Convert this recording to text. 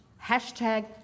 Hashtag